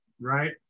right